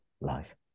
life